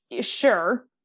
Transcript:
sure